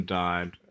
died